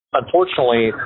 unfortunately